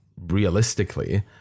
realistically